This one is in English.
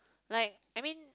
like I mean